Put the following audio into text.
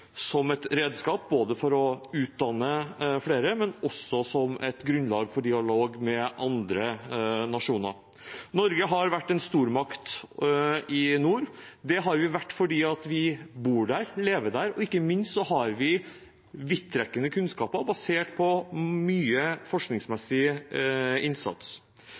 som et grunnlag for dialog med andre nasjoner. Norge har vært en stormakt i nord. Det har vi vært fordi vi bor der, lever der, og ikke minst har vi vidtrekkende kunnskaper basert på mye forskningsmessig innsats.